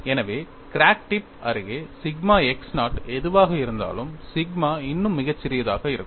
எனவே crack tip அருகே sigma x naught எதுவாக இருந்தாலும் சிக்மா இன்னும் மிகச் சிறியதாக இருக்கும்